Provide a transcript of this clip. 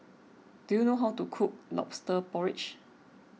do you know how to cook Lobster Porridge